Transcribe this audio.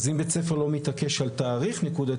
אז אם בית ספר לא מתעקש על תאריך נקודתי,